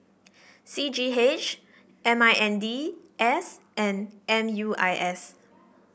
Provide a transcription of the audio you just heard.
C G H M I N D S and M U I S